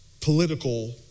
political